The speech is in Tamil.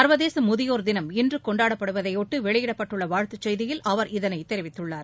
சர்வதேச முதியோர் தினம் இன்று கொண்டாடப்படுவதையொட்டி வெளியிட்டுள்ள வாழ்த்துச் செய்தியில் அவர் இதனை தெரிவித்துள்ளார்